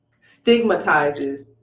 stigmatizes